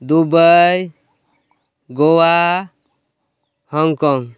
Dubai Goa Hong Kong